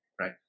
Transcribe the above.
Right